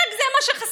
רק זה מה שחסר.